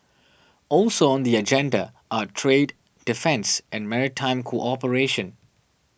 also on the agenda are trade defence and maritime cooperation